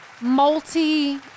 multi